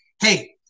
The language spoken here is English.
Hey